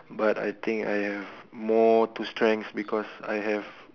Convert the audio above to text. but I think I have more to strengths because I have